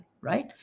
right